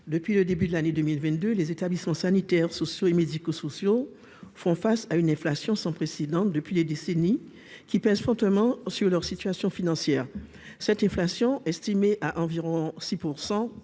depuis le début de l'année 2022 les établissements sanitaires, sociaux et médico-sociaux font face à une inflation sans précédent depuis des décennies qui pèse fortement sur leur situation financière, cette inflation estimée à environ 6